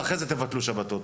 ואחרי זה תבטלו שבתות.